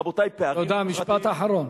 רבותי, פערים חברתיים, משפט אחרון.